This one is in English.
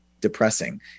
depressing